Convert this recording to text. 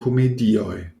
komedioj